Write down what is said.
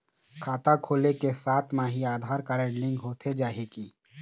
खाता खोले के साथ म ही आधार कारड लिंक होथे जाही की?